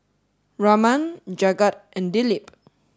Raman Jagat and Dilip